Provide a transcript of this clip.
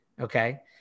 okay